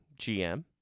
GM